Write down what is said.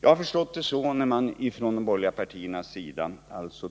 Jag har förstått det så, när man från de borgerliga partiernas sida